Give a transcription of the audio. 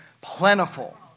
plentiful